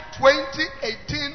2018